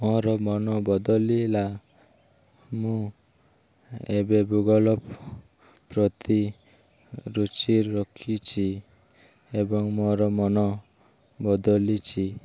ମୋର ମନ ବଦଳିଲା ମୁଁ ଏବେ ଗୁଗଲ୍ ପ୍ରତି ରୁଚି ରଖିଛି ଏବଂ ମୋର ମନ ବଦଳିଛି